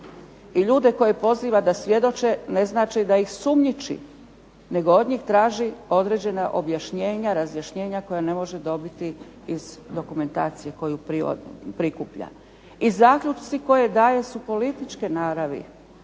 i ljude koje poziva da svjedoče ne znači da ih sumnjiči nego od njih traži određena pojašnjenja, razjašnjenja koja ne može dobiti iz dokumentacije koju prikuplja. Zaključci koje daje su političke naravi